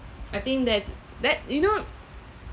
I think that's that you know